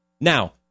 Now